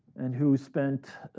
and who spent.